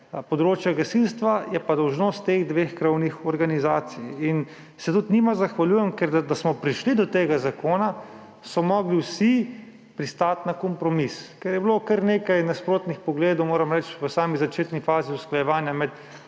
področja gasilstva je pa dolžnost teh dveh krovnih organizacij. In se tudi njima zahvaljujem, ker da smo prišli do tega zakona, so morali vsi pristati na kompromis. Ker je bilo kar nekaj nasprotnih pogledov, moram reči, v sami začetni fazi usklajevanja med